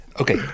Okay